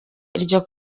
iryo